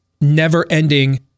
never-ending